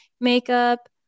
makeup